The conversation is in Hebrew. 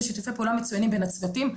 שיתופי פעולה מצוינים בין הצוותים.